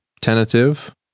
tentative